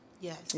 Yes